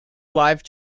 live